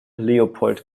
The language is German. leopold